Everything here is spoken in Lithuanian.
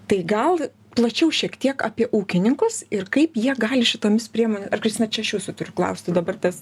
tai gal plačiau šiek tiek apie ūkininkus ir kaip jie gali šitomis priemonė ar kristina čia aš jus čia turiu klausti dabartės